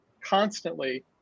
constantly